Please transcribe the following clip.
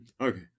Okay